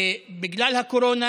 בגלל הקורונה